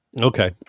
Okay